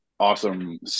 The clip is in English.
awesome